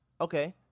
Okay